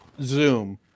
Zoom